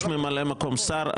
יש ממלא מקום שר,